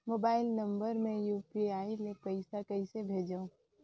Mobile number मे UPI ले पइसा कइसे भेजवं?